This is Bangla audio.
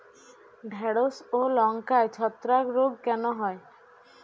ঢ্যেড়স ও লঙ্কায় ছত্রাক রোগ কেন হয়?